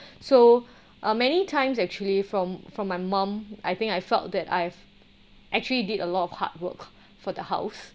so uh many times actually from from my mum I think I felt that I've actually did a lot of hard work for the house